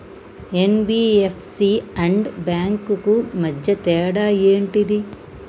NBFC and banks కు మధ్య తేడా ఏంటిది?